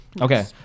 Okay